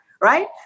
Right